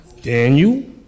Daniel